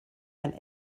ein